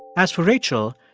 as for rachel,